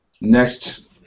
Next